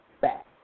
back